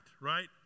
right